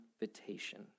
invitation